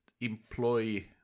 employ